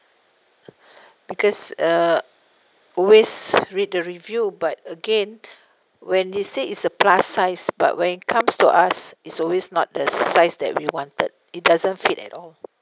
because uh always read the review but again when they say it's a plus size but when it comes to us is always not the size that we wanted it doesn't fit at all